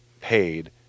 paid